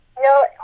No